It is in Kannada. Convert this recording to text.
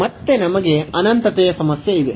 ಮತ್ತೆ ನಮಗೆ ಅನಂತತೆಯ ಸಮಸ್ಯೆ ಇದೆ